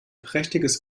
prächtiges